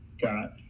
got